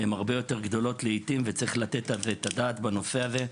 הם הרבה יותר גדולות לעתים וצריך לתת על זה את הדעת בנושא הזה.